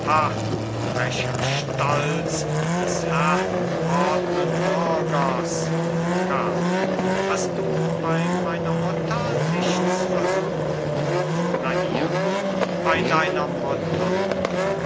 frecher stolz des herrgewordnen bürgers karl hast du bei meiner mutter nichts versucht la hire bei deiner mutter